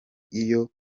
iyo